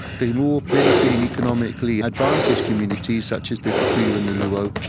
the more politically and economically advantaged communities, such as the kikuyu and the luo,